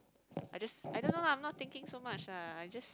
I just I don't know lah I'm not thinking so much lah I just